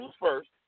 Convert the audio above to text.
first